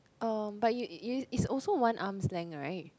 um but it's also one arm's length right